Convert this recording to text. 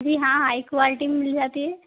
जी हाँ high quality मिल जाती है